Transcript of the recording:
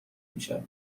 میشه